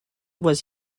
was